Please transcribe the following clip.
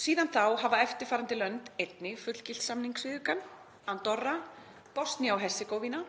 Síðan þá hafa eftirfarandi lönd einnig fullgilt samningsviðaukann: Andorra, Bosnía og Hersegóvína,